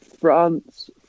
France